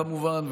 כמובן,